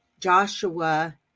Joshua